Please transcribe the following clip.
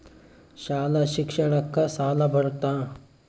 ಶಾಲಾ ಶಿಕ್ಷಣಕ್ಕ ಸಾಲ ಬರುತ್ತಾ?